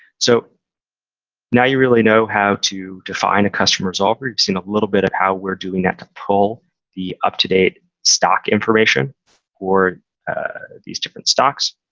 so now, you really know how to define a custom resolver. you've seen a little bit of how we're doing that to pull the up-to-date stock information or these different stocks.